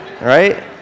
right